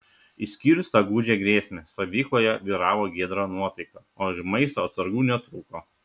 išskyrus tą gūdžią grėsmę stovykloje vyravo giedra nuotaika o ir maisto atsargų netrūko